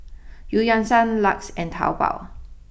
Eu Yan Sang LUX and Taobao